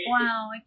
Wow